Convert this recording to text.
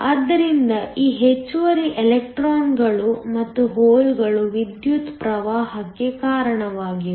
ಆದ್ದರಿಂದ ಈ ಹೆಚ್ಚುವರಿ ಎಲೆಕ್ಟ್ರಾನ್ಗಳು ಮತ್ತು ಹೋಲ್ಗಳು ವಿದ್ಯುತ್ ಪ್ರವಾಹಕ್ಕೆ ಕಾರಣವಾಗಿವೆ